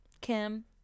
kim